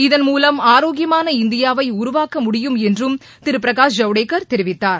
இதன்மூலம் ஆரோக்கியமான இந்தியாவை உருவாக்க முடியும் என்றும் திரு பிரகாஷ் ஜவ்டேகர் தெரிவித்தார்